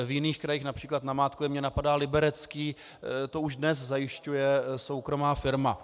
V jiných krajích, např. namátkově mě napadá Liberecký, to už dnes zajišťuje soukromá firma.